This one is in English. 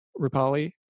Rupali